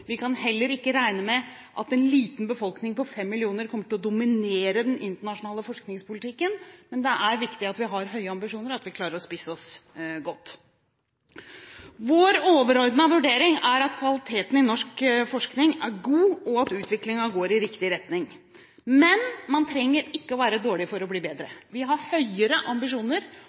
Vi kan heller ikke regne med at en liten befolkning på fem millioner kommer til å dominere den internasjonale forskningspolitikken. Men det er viktig at vi har høye ambisjoner og klarer å spisse oss godt. Vår overordnede vurdering er at kvaliteten i norsk forskning er god, og at utviklingen går i riktig retning. Men man trenger ikke å være dårlig for å bli bedre. Vi har høyere ambisjoner,